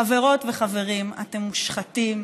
חברות וחברים, אתם מושחתים,